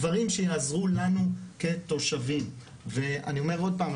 דברים שיעזרו לנו כתושבים ואני אומר עוד פעם,